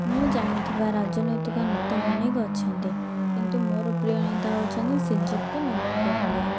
ମୁଁ ଜାଣିଥିବା ରାଜନୈତିକ ନେତା ଅନେକ ଅଛନ୍ତି କିନ୍ତୁ ମୋର ପ୍ରିୟ ନେତା ହେଉଛନ୍ତି ଶ୍ରୀଯୁକ୍ତ ନବୀନ ପଟ୍ଟନାୟକ